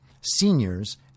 seniors